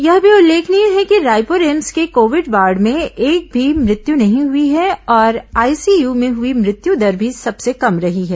यह भी उल्लेखनीय है कि रायपुर एम्स के कोविड वार्ड में एक भी मृत्यू नहीं हुई है और आईसीय में हई मृत्य दर भी सबसे कम रही है